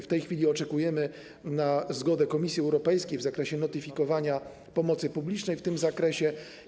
W tej chwili oczekujemy na zgodę Komisji Europejskiej w zakresie notyfikowania pomocy publicznej w tym zakresie.